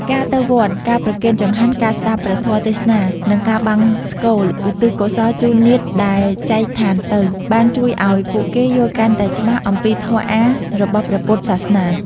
ការទៅវត្ត ការប្រគេនចង្ហាន់ ការស្ដាប់ព្រះធម៌ទេសនា និងការបង្សុកូលឧទ្ទិសកុសលជូនញាតិដែលចែកឋានទៅ បានជួយឲ្យពួកគេយល់កាន់តែច្បាស់អំពីធម៌អាថ៌របស់ព្រះពុទ្ធសាសនា។